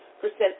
percent